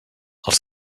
els